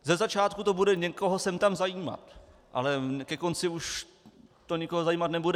Ze začátku to bude někoho sem tam zajímat, ale ke konci už to nikoho zajímat nebude.